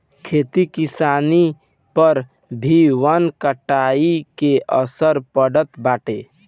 खेती किसानी पअ भी वन कटाई के असर पड़त बाटे